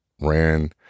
ran